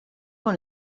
con